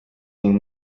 ning